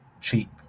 cheap